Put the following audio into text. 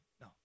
No